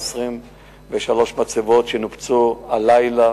23 מצבות נופצו הלילה.